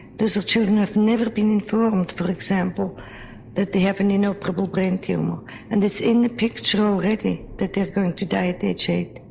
those children have never been informed for example that they have an inoperable brain tumour and it's in the picture already that they are going to die at age eight.